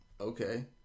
okay